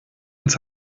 ins